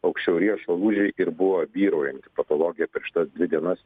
aukščiau riešo lūžiai ir buvo vyraujanti patologija per šitas dvi dienas